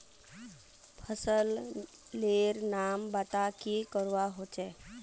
फसल लेर नाम बता की करवा होचे?